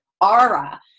aura